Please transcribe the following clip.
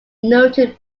noted